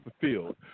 fulfilled